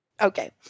Okay